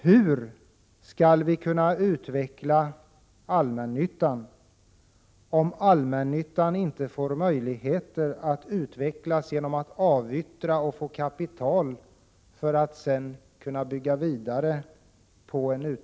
Hur skall vi kunna utveckla allmännyttan, om allmännyttan inte får möjlighet att utvecklas genom avyttring för att man skall få kapital för att sedan bygga vidare?